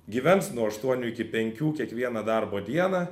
gyvens nuo aštuonių iki penkių kiekvieną darbo dieną